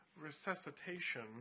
resuscitation